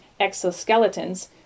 exoskeletons